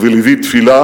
ובלבי תפילה: